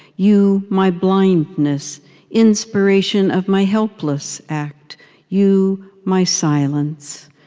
you my blindness inspiration of my helpless act you my silence.